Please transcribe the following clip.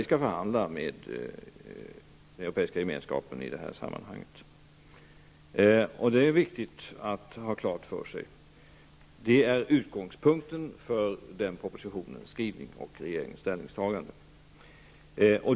Vi skall förhandla med den Europeiska gemenskapen i detta sammanhang, och det är viktigt att ha klart för sig. Det är utgångspunkten för skrivningen i propositionen och regeringens ställningstaganden.